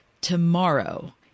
tomorrow